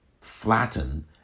flatten